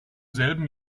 selben